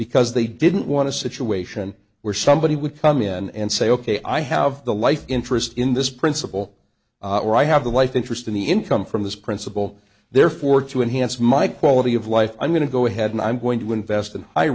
because they didn't want to situation where somebody would come in and say ok i have a life interest in this principle or i have a life interest in the income from this principle therefore to enhance my quality of life i'm going to go ahead and i'm going to invest in high